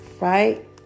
right